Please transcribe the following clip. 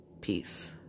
Peace